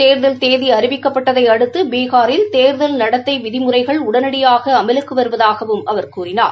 தேர்தல் தேதி அறிவிக்கப்பட்டதை அடுத்து பீகாரில் தேர்தல் நடத்தை விதிமுறைகள் உடனடியாக அமலுக்கு வருவதாகவும் அவர் கூறினார்